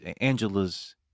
Angela's